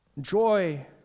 joy